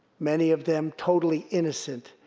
many of them totally innocent.